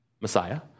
Messiah